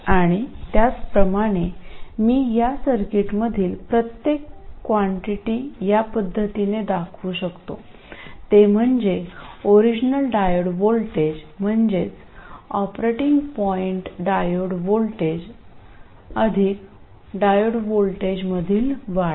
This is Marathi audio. आणि त्याचप्रमाणे मी या सर्किटमधील प्रत्येक कॉन्टिटी या पद्धतीने दाखवू शकतो ते म्हणजे ओरिजनल डायोड व्होल्टेज म्हणजे ऑपरेटिंग पॉईंट डायोड व्होल्टेज अधिक डायोड व्होल्टेज मधील वाढ